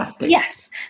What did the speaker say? yes